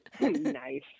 Nice